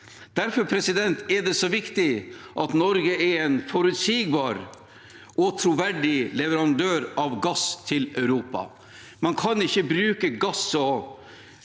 Derfor er det så viktig at Norge er en forutsigbar og troverdig leverandør av gass til Europa. Man kan ikke bruke gass